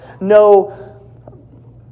no